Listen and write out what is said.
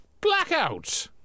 Blackout